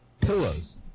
Pillows